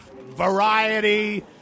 Variety